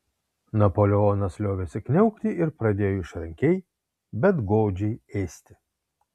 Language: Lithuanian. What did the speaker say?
napoleonas liovėsi kniaukti ir pradėjo išrankiai bet godžiai ėsti